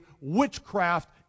witchcraft